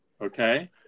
Okay